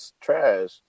trash